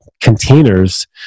containers